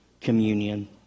communion